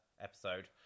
episode